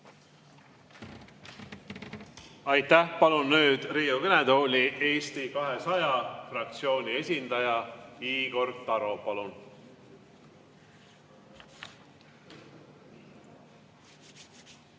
Aitäh! Palun nüüd Riigikogu kõnetooli Eesti 200 fraktsiooni esindaja Igor Taro. Palun!